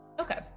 Okay